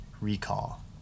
recall